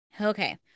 Okay